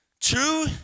True